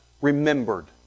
remembered